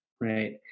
right